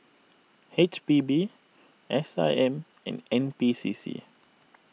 H B B S I M and N B C C